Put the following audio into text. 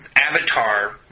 Avatar